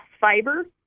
fiber